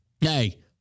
Hey